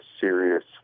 serious